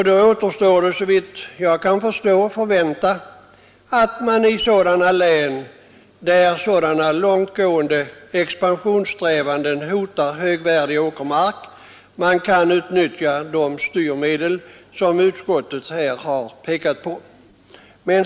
Då återstår, såvitt jag förstår, att förvänta att man i sådana län, där långtgående expansionssträvanden hotar högvärdig åkermark, utnyttjar de styrmedel som utskottet här har visat på.